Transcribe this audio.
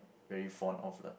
very fond of lah